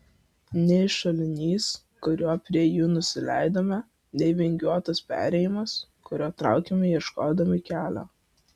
nei šulinys kuriuo prie jų nusileidome nei vingiuotas perėjimas kuriuo traukėme ieškodami kelio